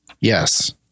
Yes